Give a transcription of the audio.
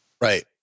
Right